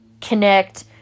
connect